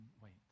wait